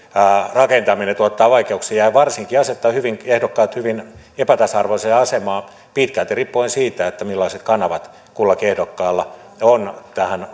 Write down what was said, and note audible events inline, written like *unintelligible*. rakentaminen tuottaa vaikeuksia ja varsinkin asettaa ehdokkaat hyvin epätasa arvoiseen asemaan pitkälti riippuen siitä millaiset kanavat kullakin ehdokkaalla on tähän *unintelligible*